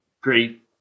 great